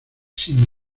sin